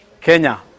Kenya